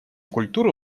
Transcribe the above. культуры